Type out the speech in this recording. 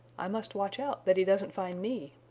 i must watch out that he doesn't find me.